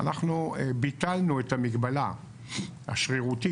אנחנו ביטלנו את המגבלה השרירותית